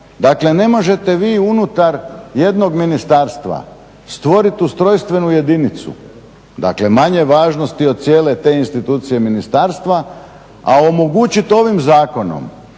Dakle, ne možete vi unutar jednog ministarstva stvorit ustrojstvenu jedinicu manje važnosti od cijele te institucije ministarstva, a omogućit ovim zakonom